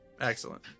excellent